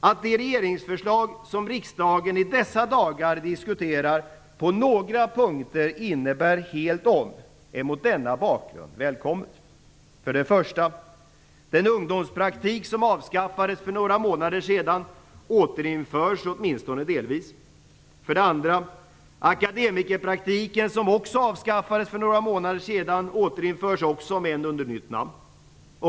Att de regeringsförslag som riksdagen i dessa dagar diskuterar på några punkter innebär helt om är mot denna bakgrund välkommet. För det första skall den ungdomspraktik som avskaffades för några månader sedan återinföras åtminstone delvis. För det andra skall akademikerpraktiken som också avskaffades för några månader sedan återinföras, om än under nytt namn.